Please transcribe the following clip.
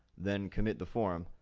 then commit the form,